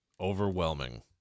overwhelming